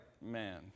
man